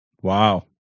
Wow